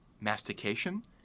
mastication